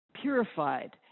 purified